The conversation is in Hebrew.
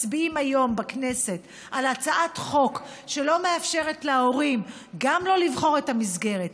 מצביעים היום בכנסת על הצעת חוק שלא מאפשרת להורים לא לבחור את המסגרת,